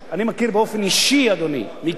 אני מכיר באופן אישי, אדוני, מקרה